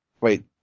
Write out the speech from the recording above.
Wait